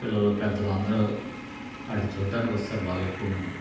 పిల్లలు పెద్దలు అందరూ అటు చూట్టానికోస్తారు బాగా ఎక్కువ మంది